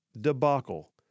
debacle